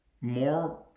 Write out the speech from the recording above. more